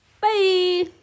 bye